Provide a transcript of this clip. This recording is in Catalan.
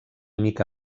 mica